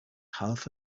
half